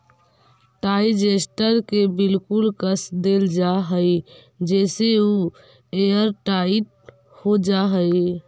digester के बिल्कुल कस देल जा हई जेसे उ एयरटाइट हो जा हई